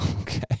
okay